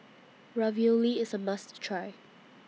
Ravioli IS A must Try